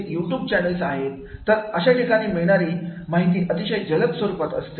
इथे YouTube channel आहेत तर अशा ठिकाणी मिळणारी माहिती अतिशय जलद स्वरूपात असते